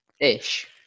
ish